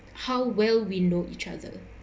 how well we know each other